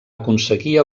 aconseguir